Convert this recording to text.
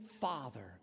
father